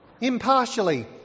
impartially